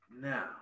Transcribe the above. now